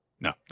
No